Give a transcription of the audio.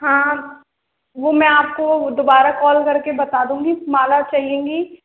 हाँ वो मैं आपको दोबारा कॉल करके बता दूँगी माला चाहिएगी